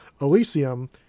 Elysium